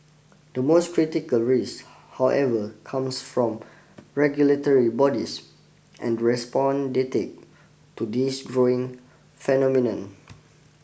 the most critical risk however comes from regulatory bodies and respond they take to this growing phenomenon